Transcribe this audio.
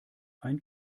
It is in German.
ein